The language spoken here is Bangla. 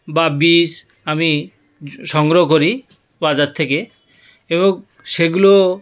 বা বীজ আমি সংগ্রহ করি বাজার থেকে এবং সেগুলো